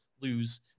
lose